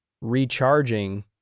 recharging